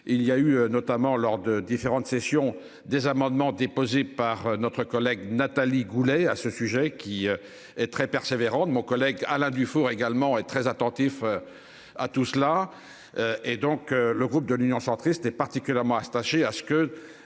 il y a eu notamment lors de différentes sessions des amendements déposés par notre collègue Nathalie Goulet à ce sujet qui est très persévérante mon collègue Alain Dufour également est très attentif. À tout cela. Et donc le groupe de l'Union centriste et particulièrement à à ce que